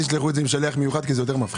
אל תשלחו את זה עם שליח מיוחד כי זה יותר מפחיד.